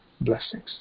blessings